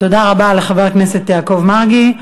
תודה רבה לחבר הכנסת יעקב מרגי.